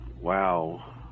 wow